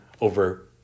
over